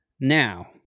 Now